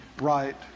right